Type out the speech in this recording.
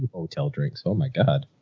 hotel drinks. oh my god.